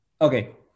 okay